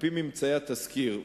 על-פי ממצאי התסקיר,